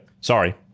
Sorry